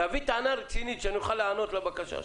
תביא טענה רצינית שאוכל להיענות לבקשה שלך.